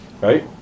Right